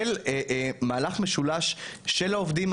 של מהלך משולש של העובדים,